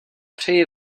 přeji